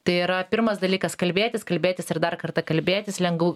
tai yra pirmas dalykas kalbėtis kalbėtis ir dar kartą kalbėtis lengu